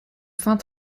fin